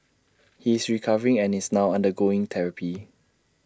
he is recovering and is now undergoing therapy